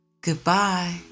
Goodbye